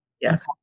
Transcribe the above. Yes